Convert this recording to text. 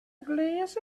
glass